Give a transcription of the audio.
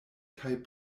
kaj